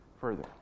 further